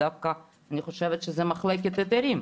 אני דווקא חושבת שזה מחלקת ההיתרים,